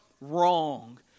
wrong